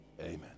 Amen